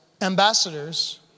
ambassadors